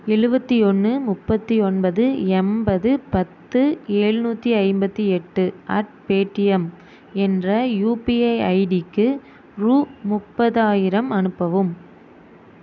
எழுபத்தி ஒன்று முப்பத்து ஒன்பது எண்பது பத்து எழுநூற்றி ஐம்பத்து எட்டு அட் பேடிம் என்ற யுபிஐ ஐடிக்கு ரூ முப்பதாயிரம் அனுப்பவும்